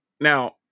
now